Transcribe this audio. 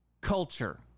culture